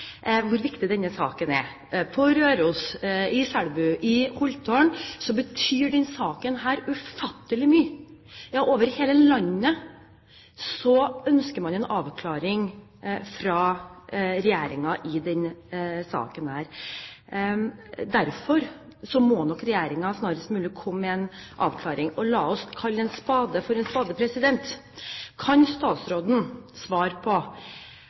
hvor viktig denne saken er. På Røros, i Selbu, i Holtålen betyr denne saken ufattelig mye. Over hele landet ønsker man en avklaring fra regjeringen i denne saken. Derfor må nok regjeringen snarest mulig komme med en avklaring, og la oss kalle en spade for en spade. Kan statsråden svare på: